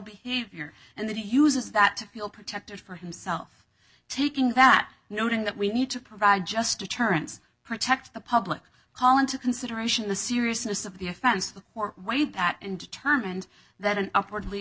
behavior and that he uses that feel protected for himself taking that noting that we need to provide just deterrence protect the public call into consideration the seriousness of the offense the way that and determined that an upwardly